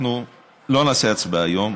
אנחנו לא נעשה הצבעה היום.